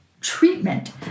treatment